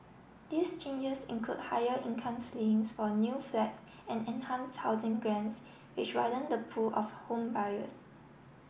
these changes include higher income ceilings for new flats and enhance housing grants which widen the pool of home buyers